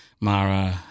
Mara